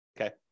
okay